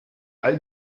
all